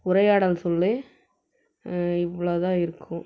உரையாடல் சொல்லே இவ்வளோதான் இருக்கும்